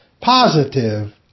positive